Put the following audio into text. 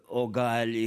o gali